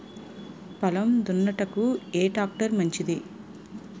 పొలం దున్నుటకు ఏ ట్రాక్టర్ మంచిది?